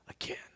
again